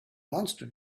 monster